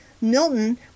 Milton